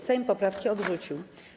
Sejm poprawki odrzucił.